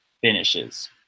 finishes